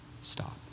stop